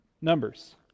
Numbers